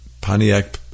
Pontiac